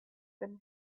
been